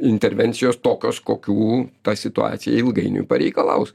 intervencijos tokios kokių ta situacija ilgainiui pareikalaus